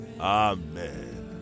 Amen